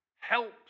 helps